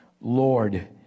Lord